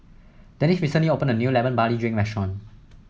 Denis recently opened a new Lemon Barley Drink Restaurant